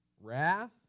wrath